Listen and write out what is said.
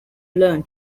learn